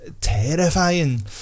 terrifying